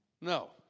No